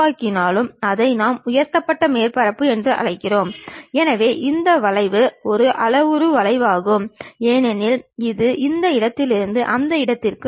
axonometric எறியம் மற்றும் சாய்ந்த எறியங்களில் முழுமையான பொருள் காண்பிக்கப்படும் ஆனால் அது ஒரு சித்திர வரைபடமாக இருக்கும்